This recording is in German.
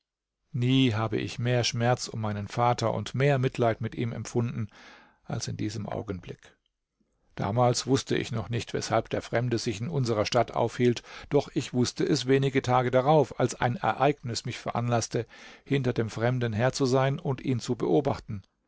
nie habe ich mehr schmerz um meinen vater und mehr mitleid mit ihm empfunden als in diesem augenblick damals wußte ich noch nicht weshalb der fremde sich in unserer stadt aufhielt doch ich wußte es wenige tage darauf als ein ereignis mich veranlaßte hinter dem fremden her zu sein und ihn zu beobachten